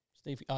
Steve